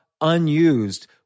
unused